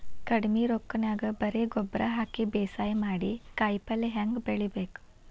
ಕಡಿಮಿ ರೊಕ್ಕನ್ಯಾಗ ಬರೇ ಗೊಬ್ಬರ ಹಾಕಿ ಬೇಸಾಯ ಮಾಡಿ, ಕಾಯಿಪಲ್ಯ ಹ್ಯಾಂಗ್ ಬೆಳಿಬೇಕ್?